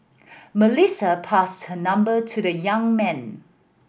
Melissa passed her number to the young man